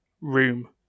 room